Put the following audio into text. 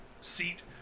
seat